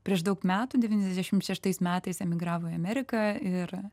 prieš daug metų devyniasdešim šeštais metais emigravo į ameriką ir